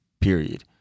period